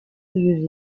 yüz